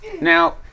now